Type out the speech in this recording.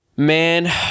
man